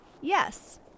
Yes